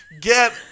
Get